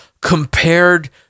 compared